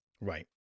Right